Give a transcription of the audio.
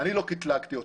אני לא קטלגתי אותך.